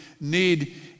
need